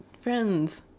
friends